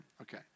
Okay